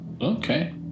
okay